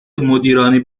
مدیران